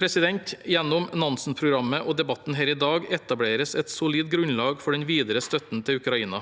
tiltak. Gjennom Nansen-programmet og debatten her i dag etableres et solid grunnlag for den videre støtten til Ukraina.